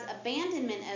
abandonment